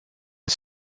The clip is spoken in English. are